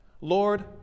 Lord